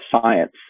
science